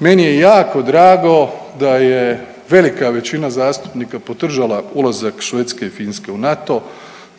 Meni je jako drago da je velika većina zastupnika podržala ulazak Švedske i Finske u NATO.